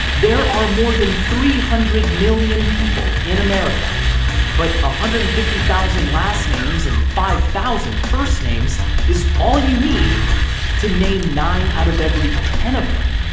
there are more than three hundred million people in america but a hundred and fifty thousand last names and five thousand first names is all you need to name nine out of every ten of them.